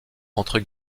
entre